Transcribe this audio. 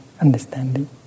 understanding